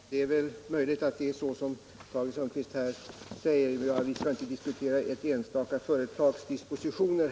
Herr talman! Det är möjligt att det är så som Tage Sundkvist säger. Vi skall inte här diskutera ett enskilt företags dispositioner.